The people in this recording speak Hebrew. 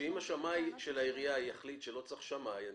אם השמאי של העירייה יחליט שלא צריך שמאי אני